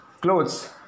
clothes